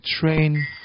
train